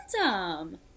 random